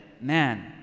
man